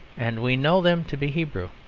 and we know them to be hebrew.